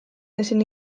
ezin